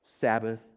Sabbath